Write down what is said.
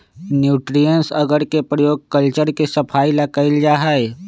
nutrients अगर के प्रयोग कल्चर के सफाई ला कइल जाहई